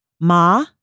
Ma